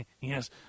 Yes